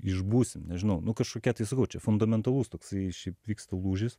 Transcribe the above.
išbūsim nežinau nu kažkokia tai sakau čia fundamentalus toksai šiaip vyksta lūžis